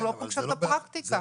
את הפרקטיקה.